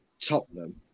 Tottenham